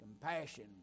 compassion